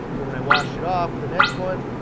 so when i washed it off for the next one,